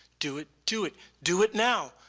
do it, do it, do it now.